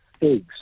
Eggs